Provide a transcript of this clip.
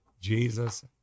Jesus